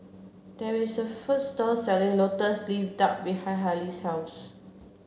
there is a food store selling lotus leaf duck behind Halie's house